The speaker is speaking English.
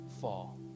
fall